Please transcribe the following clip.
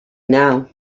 now